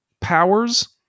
powers